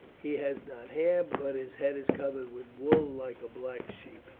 he has not hair, but his head is covered with wool like a black sheep.